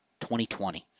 2020